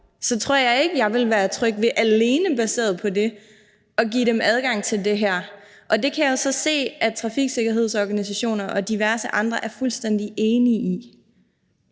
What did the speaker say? så ikke tror, jeg ville være tryg ved alene baseret på det at give dem adgang til det her. Og det kan jeg jo så se at trafiksikkerhedsorganisationer og diverse andre er fuldstændig enige i,